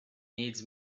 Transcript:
needs